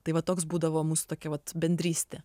tai va toks būdavo mūsų tokia vat bendrystė